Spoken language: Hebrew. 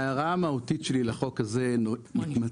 ההערה המהותית שלי לחוק הזה מתמקדת